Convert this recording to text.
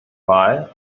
wahl